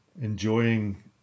enjoying